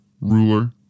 ruler